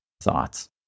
thoughts